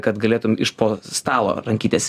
kad galėtum iš po stalo rankytes